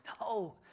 no